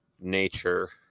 nature